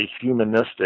humanistic